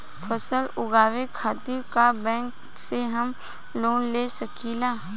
फसल उगावे खतिर का बैंक से हम लोन ले सकीला?